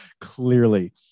clearly